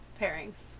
pairings